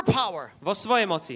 power